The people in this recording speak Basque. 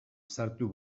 sartu